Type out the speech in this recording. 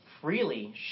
freely